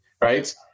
Right